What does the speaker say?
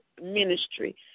ministry